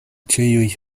ĉiuj